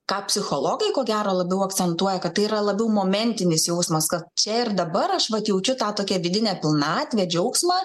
ką psichologai ko gero labiau akcentuoja kad tai yra labiau momentinis jausmas kad čia ir dabar aš vat jaučiu tą tokią vidinę pilnatvę džiaugsmą